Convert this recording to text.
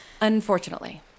Unfortunately